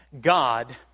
God